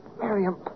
Miriam